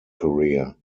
career